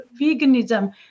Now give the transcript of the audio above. veganism